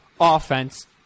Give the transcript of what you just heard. offense